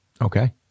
Okay